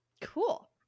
Cool